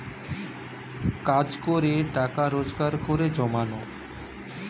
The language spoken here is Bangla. কাজ করে টাকা রোজগার করে জমানো